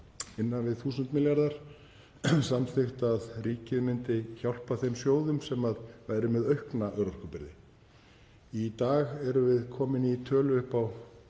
innan við 1.000 milljarðar, samþykkt að ríkið myndi hjálpa þeim sjóðum sem væru með aukna örorkubyrði. Í dag erum við komin í tölu upp á